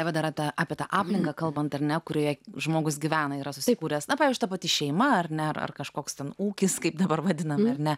bet darata apie tą aplinką kalbant ar ne kurioje žmogus gyvena yra susikūręs apie aš ta pati šeima ar ne ar kažkoks ten ūkis kaip dabar vadinami ar ne